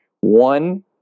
One